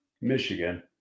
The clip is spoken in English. Michigan